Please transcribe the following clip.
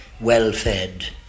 well-fed